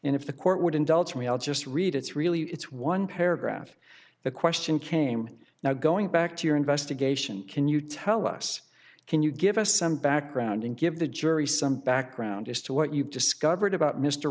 and if the court would indulge me i'll just read it's really it's one paragraph the question came now going back to your investigation can you tell us can you give us some background and give the jury some background as to what you've discovered about m